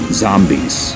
zombies